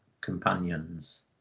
companions